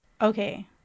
Okay